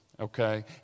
okay